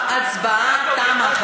חברים, ההצבעה תמה.